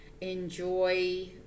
Enjoy